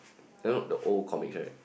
you all know the old comics right